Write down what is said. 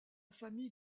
famille